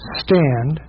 stand